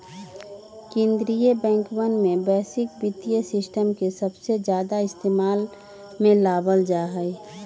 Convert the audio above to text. कीन्द्रीय बैंकवन में वैश्विक वित्तीय सिस्टम के सबसे ज्यादा इस्तेमाल में लावल जाहई